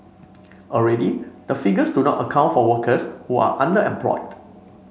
already the figures do not account for workers who are underemployed